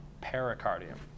pericardium